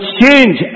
change